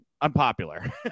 unpopular